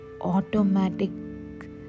automatic